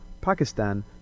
Pakistan